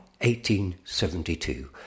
1872